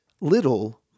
little